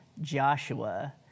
Joshua